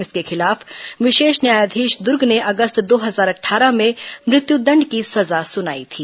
इसके खिलाफ विशेष न्यायाधीश दुर्ग ने अगस्त दो हजार अट्ठारह में मृत्युदंड की सजा सुनाई थी